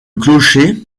clocher